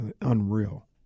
unreal